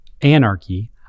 anarchy